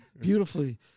Beautifully